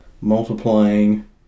multiplying